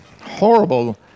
horrible